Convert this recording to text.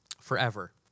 forever